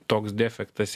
toks defektas